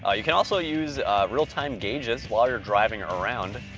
ah you can also use real-time gauges while you're driving around,